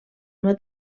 una